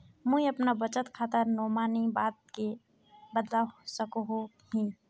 मुई अपना बचत खातार नोमानी बाद के बदलवा सकोहो ही?